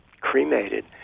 cremated